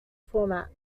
formats